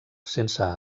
sense